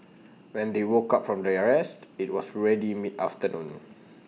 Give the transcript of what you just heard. when they woke up from their rest IT was already mid afternoon